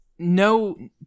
No